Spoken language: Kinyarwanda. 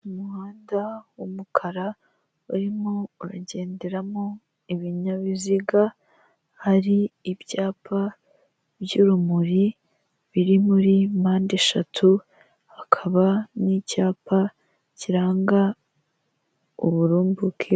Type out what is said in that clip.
Umuhanda w'umukara urimo uragenderamo ibinyabiziga, hari ibyapa by'urumuri biri muri mpande eshatu hakaba n'icyapa kiranga uburumbuke.